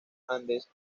andes